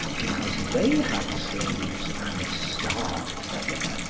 because they had slaves, and starved them.